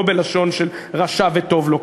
לא בלשון של רשע וטוב לו.